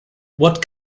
what